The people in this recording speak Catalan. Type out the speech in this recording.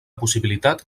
possibilitat